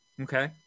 Okay